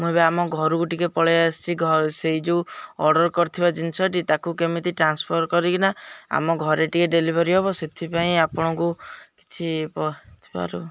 ମୁଁ ଏବେ ଆମ ଘରକୁ ଟିକେ ପଳାଇ ଆସିଛି ଘ ସେଇ ଯେଉଁ ଅର୍ଡ଼ର୍ କରିଥିବା ଜିନିଷଟି ତାକୁ କେମିତି ଟ୍ରାନ୍ସଫର୍ କରିକିନା ଆମ ଘରେ ଟିକେ ଡେଲିଭରି ହବ ସେଥିପାଇଁ ଆପଣଙ୍କୁ କିଛି ପ ଥିବାରୁ